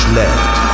left